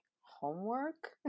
homework